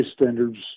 standards